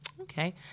okay